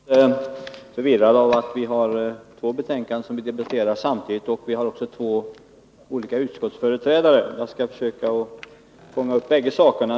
Fru talman! Debatten är naturligtvis något förvirrad av att vi har två utskottsbetänkanden som debatteras samtidigt och av att vi också har två olika utskottsföreträdare, men jag skall försöka att fånga upp båda sakerna.